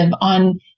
on